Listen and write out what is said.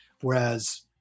Whereas